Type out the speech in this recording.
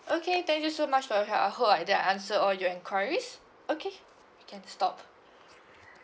okay thank you so much for your help I hope I did answered all your inquiries okay we can stop